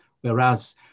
Whereas